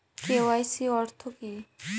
KYC অর্থ কি?